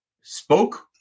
spoke